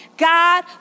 God